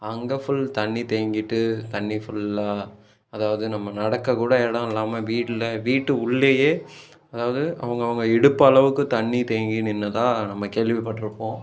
அங்கே ஃபுல் தண்ணி தேங்கிட்டு தண்ணி ஃபுல்லா அதாவது நம்ம நடக்க கூட இடம் இல்லாமல் வீடில் வீட்டு உள்ளேயே அதாவது அவங்க அவங்க இடுப்பு அளவுக்கு தண்ணி தேங்கி நின்னதாக நம்ம கேள்விபட்டுருப்போம்